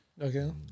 Okay